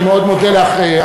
אני מאוד מודה לך,